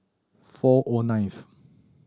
four O ninth